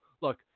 look